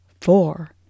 four